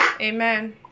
Amen